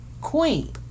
queen